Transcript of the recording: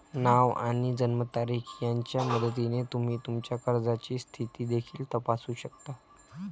नाव आणि जन्मतारीख यांच्या मदतीने तुम्ही तुमच्या कर्जाची स्थिती देखील तपासू शकता